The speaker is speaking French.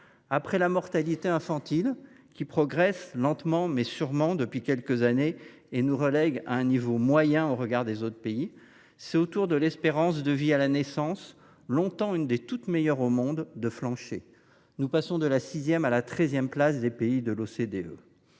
Après la mortalité infantile, qui progresse – lentement, mais sûrement – depuis quelques années et nous relègue à un niveau moyen au regard des autres pays, c’est au tour de l’espérance de vie à la naissance, qui fut longtemps l’une des toutes meilleures au monde, de flancher : nous passons de la sixième à la treizième place des pays de l’OCDE.